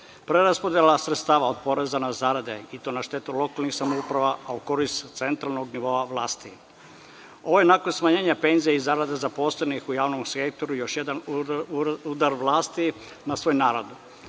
preraspodela sredstava od poreza na zarade, i to na štetu lokalnih samouprava, a u korist centralnog nivoa vlasti. Ovo je nakon smanjenja penzija i zarada zaposlenih u javnom sektoru još jedan udar vlasti na svoj narod